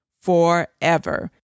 forever